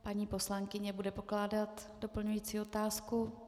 Paní poslankyně bude pokládat doplňující otázku.